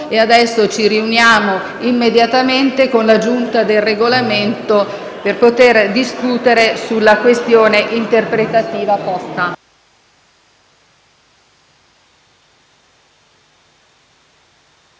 Adesso ci riuniamo immediatamente con la Giunta per il Regolamento per poter discutere sulla questione interpretativa posta.